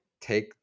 Take